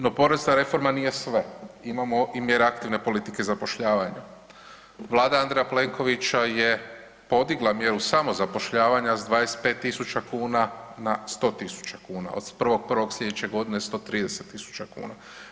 No porezna reforma nije sve, imamo i mjere aktivne politike zapošljavanja, Vlada Andreja Plenkovića je podigla mjeru samozapošljavanja s 25.000 kuna na 100.000 kuna od 1.1. slijedeće godine 130.000 kuna.